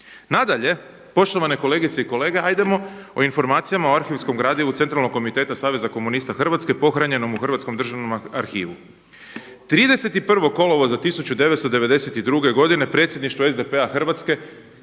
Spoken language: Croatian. Nadalje, poštovane kolegice i kolege, ajdemo o informacija o arhivskom gradivu Centralnog komiteta Saveza komunista Hrvatske pohranjenom u Hrvatskom državnom arkivu. 31. kolovoza 1992. godine Predsjedništvo SDP-a Hrvatske,